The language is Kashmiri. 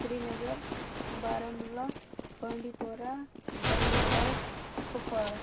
سرینَگَر بارہمُلہ بانڈی پورا گاندَربَل کُپوارا